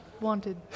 wanted